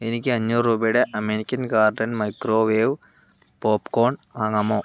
എനിക്ക് അഞ്ഞൂറ് രൂപയുടെ American garden microwave popcorn വാങ്ങാമോ